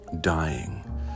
Dying